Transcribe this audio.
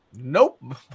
Nope